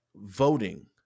voting